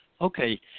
Okay